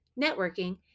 networking